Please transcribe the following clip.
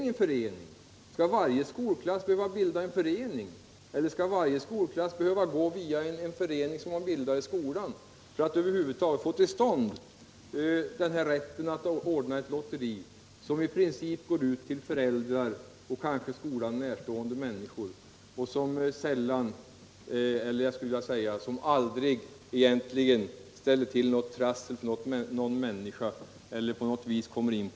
Skall varje skolklass behöva bilda en förening eller gå via en förening som har bildats i skolan för att över huvud taget få rätt att ordna ett lotteri som i princip går ut till föräldrar och kanske till skolan närstående människor och egentligen aldrig ställer till något trassel för någon människa?